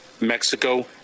Mexico